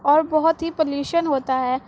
اور بہت ہی پولوشن ہوتا ہے